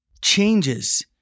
changes